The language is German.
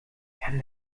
kann